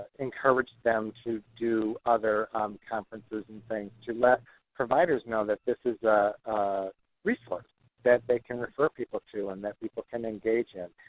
encouraged them to do other conferences and things, to let providers know that this is a resource that they can refer people to, and that people can engage in.